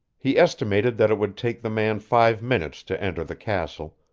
he estimated that it would take the man five minutes to enter the castle,